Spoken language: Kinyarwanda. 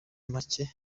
make